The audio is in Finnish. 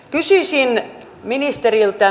kysyisin ministeriltä